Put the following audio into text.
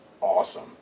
awesome